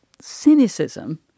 cynicism